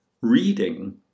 Reading